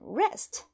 rest